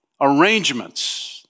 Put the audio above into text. arrangements